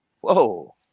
whoa